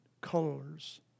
colors